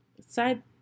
side